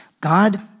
God